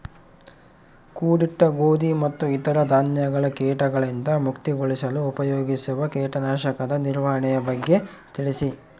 ಕೂಡಿಟ್ಟ ಗೋಧಿ ಮತ್ತು ಇತರ ಧಾನ್ಯಗಳ ಕೇಟಗಳಿಂದ ಮುಕ್ತಿಗೊಳಿಸಲು ಉಪಯೋಗಿಸುವ ಕೇಟನಾಶಕದ ನಿರ್ವಹಣೆಯ ಬಗ್ಗೆ ತಿಳಿಸಿ?